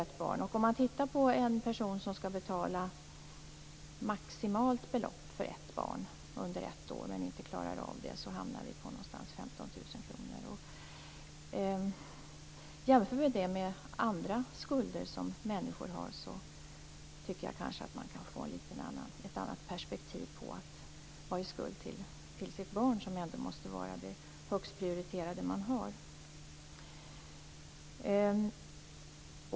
En person som skall betala maximalt belopp för ett barn under ett år men inte klarar av det hamnar på ungefär 15 000 kr. Om vi jämför det med andra skulder som människor har kan vi få ett annat perspektiv på detta att vara i skuld till sitt barn, som ändå måste vara det högst prioriterade man har.